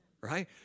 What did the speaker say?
Right